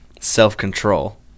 self-control